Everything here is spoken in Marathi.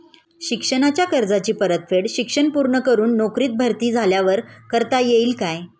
शिक्षणाच्या कर्जाची परतफेड शिक्षण पूर्ण करून नोकरीत भरती झाल्यावर करता येईल काय?